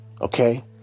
Okay